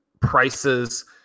prices